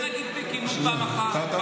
תענה על זה פעם אחת.